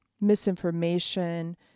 misinformation